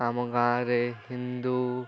ଆମ ଗାଁରେ ହିନ୍ଦୁ